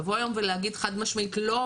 לבוא היום ולהגיד חד משמעית 'לא,